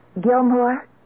Gilmore